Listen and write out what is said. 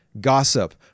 gossip